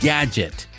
Gadget